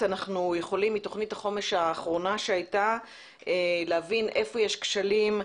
יכולים מתוכנית החומש האחרונה שהייתה להבין איפה יש כשלים,